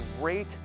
great